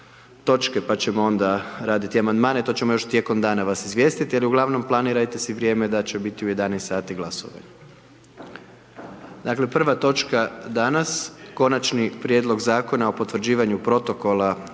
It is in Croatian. pa ćemo onda raditi amandmane, to ćemo još tijekom dana vas izvijestiti, ali uglavnom planirajte si vrijeme da će biti u 11 sati glasovanje. Dakle, prva točka danas: - Konačni prijedlog Zakona o potvrđivanju protokola